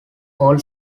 old